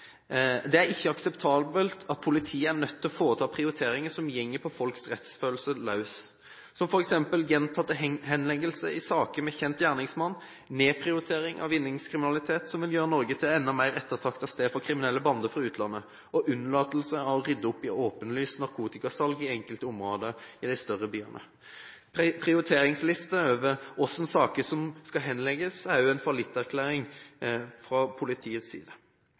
Det er ikke akseptabelt at politiet er nødt til å foreta prioriteringer som går på folks rettsfølelse løs, som f.eks. gjentatte henleggelser i saker med kjent gjerningsmann, nedprioritering av vinningskriminalitet, som vil gjøre Norge til et enda mer ettertraktet sted for kriminelle bander fra utlandet, og unnlatelse av å rydde opp i åpenlyst narkotikasalg i enkelte områder i de større byene. Prioriteringslister over hva slags saker som skal henlegges, er også en fallitterklæring fra politiets side.